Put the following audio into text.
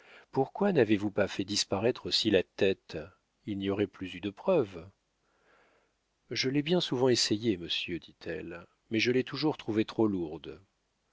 pourquoi n'avez-vous pas fait disparaître aussi la tête il n'y aurait plus eu de preuves je l'ai bien souvent essayé monsieur dit-elle mais je l'ai toujours trouvée trop lourde